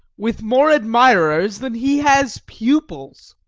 with more admirers than he has pupils,